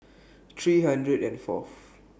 three hundred and Fourth